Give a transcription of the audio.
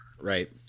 right